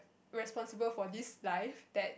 responsible for this life that